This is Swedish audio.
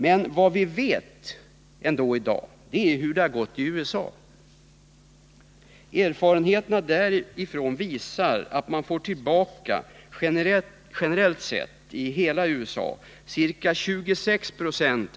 Något som vi vet är ändå hur det har gått i USA. Erfarenheter därifrån visar att man får tillbaka, generellt i hela USA, ca 26 96